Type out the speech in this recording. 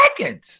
seconds